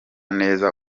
neza